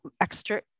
extra